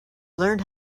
learned